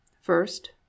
First